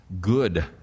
good